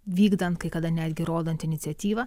vykdant kai kada netgi rodant iniciatyvą